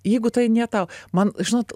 jeigu tai ne tau man žinot